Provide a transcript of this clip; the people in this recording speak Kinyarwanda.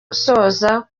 gusoza